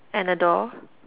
and a door